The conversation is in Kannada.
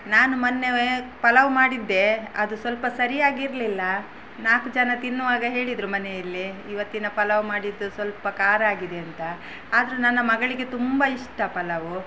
ನಾನು ಮೊನ್ನೆ ಪಲಾವ್ ಮಾಡಿದ್ದೆ ಅದು ಸ್ವಲ್ಪ ಸರಿಯಾಗಿರಲಿಲ್ಲ ನಾಲ್ಕು ಜನ ತಿನ್ನುವಾಗ ಹೇಳಿದರು ಮನೆಯಲ್ಲಿ ಇವತ್ತಿನ ಪಲಾವು ಮಾಡಿದ್ದು ಸ್ವಲ್ಪ ಖಾರ ಆಗಿದೆ ಅಂತ ಆದರು ನನ್ನ ಮಗಳಿಗೆ ತುಂಬ ಇಷ್ಟ ಪಲಾವು